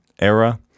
era